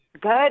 Good